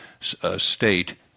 state